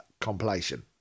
compilation